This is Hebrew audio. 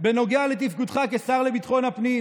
בנוגע לתפקודך כשר לביטחון הפנים,